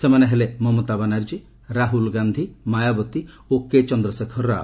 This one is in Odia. ସେମାନେ ହେଲେ ମମତା ବାନାର୍କୀ ରାହୁଲ୍ ଗାନ୍ଧି ମାୟାବତୀ ଓ କେ ଚେନ୍ଦ୍ରଶେଖର ରାଓ